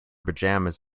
pajamas